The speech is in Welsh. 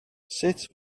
sut